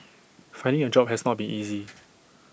finding A job has not been easy